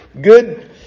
good